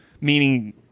meaning